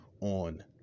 on